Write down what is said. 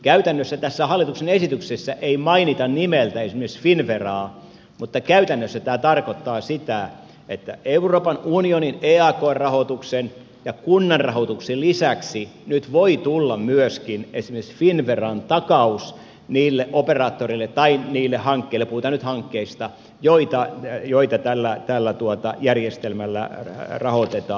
käytännössä tässä hallituksen esityksessä ei mainita nimeltä esimerkiksi finnveraa mutta käytännössä tämä tarkoittaa sitä että euroopan unionin eakr rahoituksen ja kunnan rahoituksen lisäksi nyt voi tulla myöskin esimerkiksi finnveran takaus niille operaattoreille tai niille hankkeille puhutaan nyt hankkeista joita tällä järjestelmällä rahoitetaan